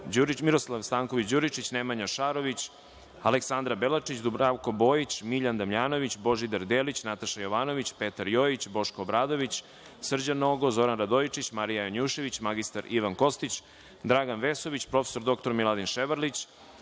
Miroslava Stanković Đuričić, Nemanja Šarović, Aleksandra Belačić, Dubravko Bojić, Miljan Damnjanović, Božidar Delić, Nataša Jovanović, Petar Jojić, Boško Obradović, Srđan Nogo, Zoran Radojičić, Marija Janjušević, mr Ivan Kostić, Dragan Vesović, prof. dr Miladin Ševarlić,